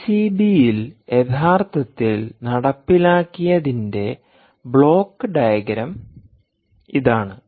പിസിബിയിൽ യഥാർത്ഥത്തിൽ നടപ്പിലാക്കിയതിന്റെ block diagram ഇതാണ്